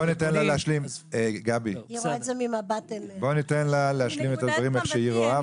בוא ניתן לה להשלים את הדברים איך שהיא רואה,